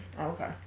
Okay